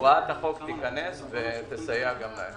הוראת החוק תיכנס ותסייע גם להם.